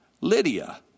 Lydia